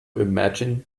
imagine